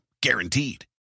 Guaranteed